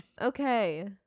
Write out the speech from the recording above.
okay